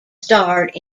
starred